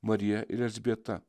marija ir elzbieta